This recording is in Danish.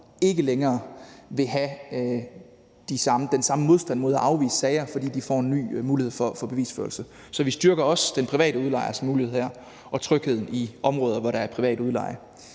ikke længere vil have den samme modstand mod at afvise sager, da den får en ny mulighed for bevisførelse. Så vi styrker også den private udlejers muligheder her og trygheden i områder, hvor der er privat udleje.